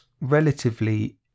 relatively